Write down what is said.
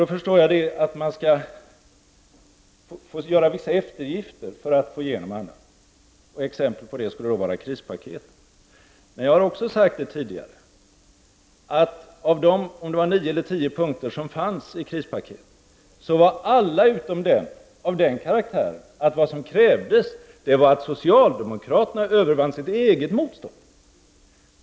Då förstår jag att man skall göra vissa eftergifter för att få igenom annat, och ett exempel på det skulle vara krispaketet. Men jag har också sagt tidigare att av de nio eller tio punkter som fanns i krispaketet var alla utom en av den karaktären att vad som krävdes var att socialdemokraterna övervann sitt eget motstånd.